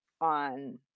on